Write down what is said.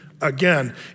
again